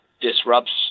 disrupts